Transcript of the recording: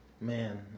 Man